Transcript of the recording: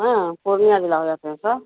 हाँ पूर्निया ज़िला हो जाते हैं सब